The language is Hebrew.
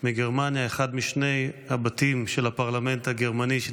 אחד משני הבתים של הפרלמנט הגרמני.